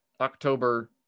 October